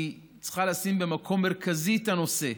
היא צריכה לשים במקום מרכזי את הנושא.